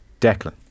Declan